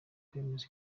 kwemeza